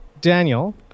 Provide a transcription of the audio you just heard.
Daniel